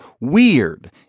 weird